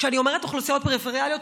כשאני אומרת אוכלוסיות פריפריאליות,